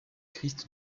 christ